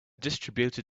distributed